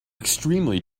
extremely